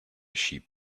sheep